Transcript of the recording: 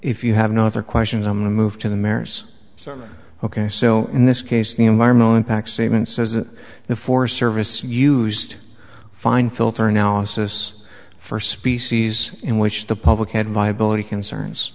if you have no other questions on the move to the mares so ok so in this case the environmental impact statement says that the forest service used fine filter analysis for species in which the public had viability concerns